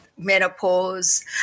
menopause